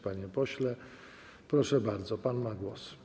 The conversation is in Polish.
Panie pośle, proszę bardzo, ma pan głos.